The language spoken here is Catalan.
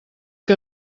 que